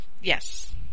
Yes